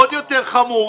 עוד יותר חמור,